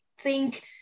think-